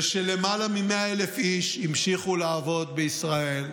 שלמעלה מ-100,000 איש המשיכו לעבוד בישראל,